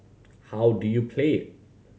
how do you play it